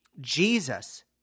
Jesus